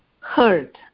hurt